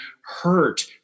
hurt